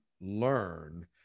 learn